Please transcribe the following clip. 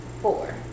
four